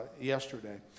yesterday